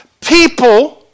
People